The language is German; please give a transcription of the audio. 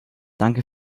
danke